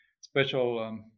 special